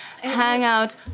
hangout